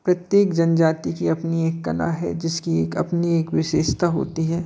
प्रत्येक जनजाति की अपनी एक कला है जिसकी एक अपनी एक विशेषता होती है